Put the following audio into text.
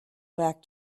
back